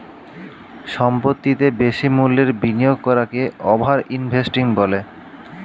সম্পত্তিতে বেশি মূল্যের বিনিয়োগ করাকে ওভার ইনভেস্টিং বলে